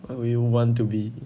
what will you want to be